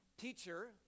Teacher